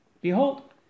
Behold